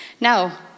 Now